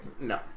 No